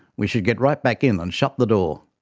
we should get right back in and shut the door.